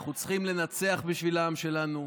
אנחנו צריכים לנצח בשביל העם שלנו.